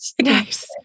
Nice